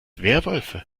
werwölfe